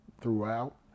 throughout